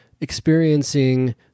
experiencing